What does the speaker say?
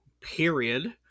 Period